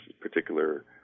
particular